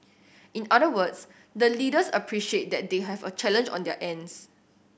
in other words the leaders appreciate that they have a challenge on their ends